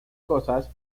cosas